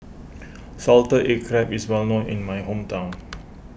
Salted Egg Crab is well known in my hometown